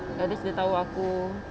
at least dia tahu aku